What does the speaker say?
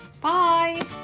Bye